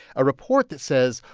a report that says,